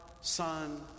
Son